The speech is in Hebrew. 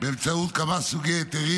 באמצעות כמה סוגי היתרים,